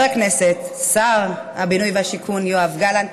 שר הבינוי והשיכון יואב גלנט,